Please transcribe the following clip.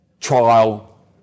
trial